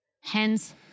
Hence